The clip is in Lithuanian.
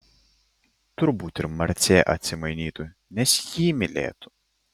turbūt ir marcė atsimainytų nes jį mylėtų